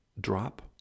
drop